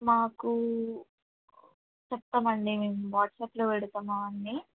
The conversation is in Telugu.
మాకు చెప్తామండి మేము వాట్సాప్లో పెడతామ అన్నీ